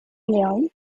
اليوم